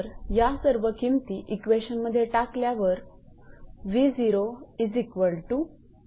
जर या सर्व किमती इक्वेशन मध्ये टाकल्यावर 150